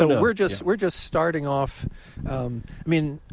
ah we're just we're just starting off. i mean,